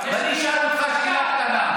ואני אשאל אותך שאלה קטנה,